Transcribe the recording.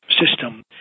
system